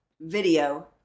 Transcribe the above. Video